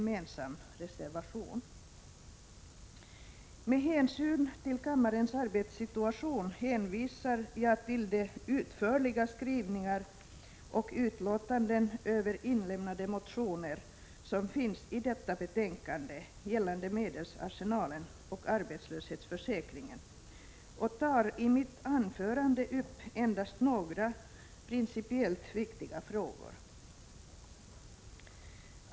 Med hänsyn till kammarens arbetssituation hänvisar jag till de utförliga skrivningar och utlåtanden över inlämnade motioner som finns i detta betänkande gällande medelsarsenalen och arbetslöshetsförsäkringen och tar i mitt anförande upp endast några principiellt viktiga frågor.